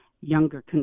younger